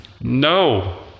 No